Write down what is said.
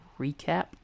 recap